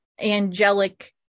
angelic